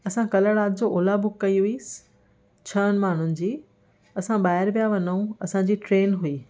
असां कल्ह राति जो ओला बुक कई हुईसीं छहनि माण्हुनि जी असां ॿाहिरि पिया वञू असांजी ट्रेन हुई